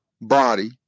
body